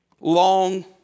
long